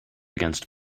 against